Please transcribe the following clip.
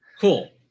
Cool